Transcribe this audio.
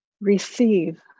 Receive